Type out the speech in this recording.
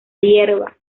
hierba